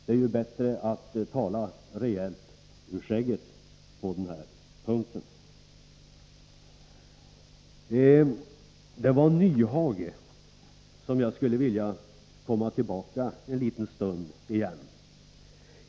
Det är bättre att tala ur skägget på den här punkten. Jag skulle vilja komma tillbaka ett ögonblick till herr Nyhages inlägg.